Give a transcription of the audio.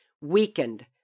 weakened